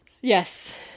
Yes